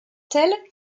tels